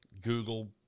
Google